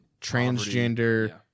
transgender